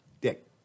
Dick